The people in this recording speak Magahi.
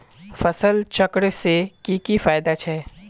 फसल चक्र से की की फायदा छे?